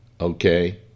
okay